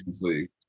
league